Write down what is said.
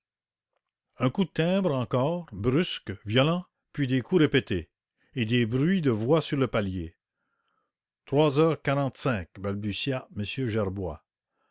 un coup de timbre puis des coups répétés et des bruits de voix sur le palier résolument m gerbois